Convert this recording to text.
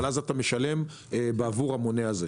במקרה כזה אתה משלם עבור המונה הזה.